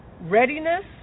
readiness